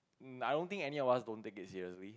I don't think any of us don't take it seriously